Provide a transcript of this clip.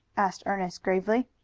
asked ernest gravely.